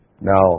Now